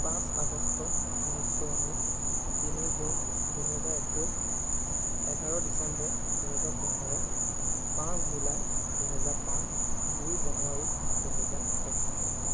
পাঁচ আগষ্ট ঊনৈছশ ঊনৈছ তিনি জুন দুহেজাৰ একৈছ এঘাৰ ডিচেম্বৰ দুহেজাৰ পোন্ধৰ পাঁচ জুলাই দুহেজাৰ পাঁচ দুই জানুৱাৰী দুহেজাৰ এক